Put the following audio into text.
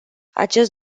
acest